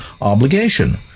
obligation